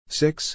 six